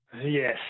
Yes